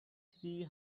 three